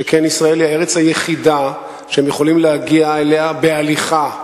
שכן ישראל היא הארץ היחידה שהם יכולים להגיע אליה בהליכה,